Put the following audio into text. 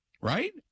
Right